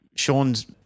Sean's –